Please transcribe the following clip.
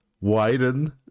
widen